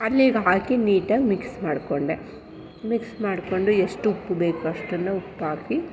ಅಲ್ಲಿಗೆ ಹಾಕಿ ನೀಟಾಗಿ ಮಿಕ್ಸ್ ಮಾಡಿಕೊಂಡೆ ಮಿಕ್ಸ್ ಮಾಡಿಕೊಂಡು ಎಷ್ಟು ಉಪ್ಪು ಬೇಕು ಅಷ್ಟನ್ನು ಉಪ್ಪಾಕಿ